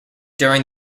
during